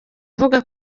avuga